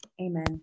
Amen